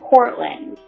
Portland